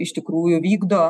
iš tikrųjų vykdo